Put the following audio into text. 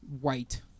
white